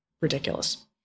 ridiculous